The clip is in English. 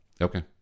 Okay